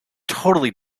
totally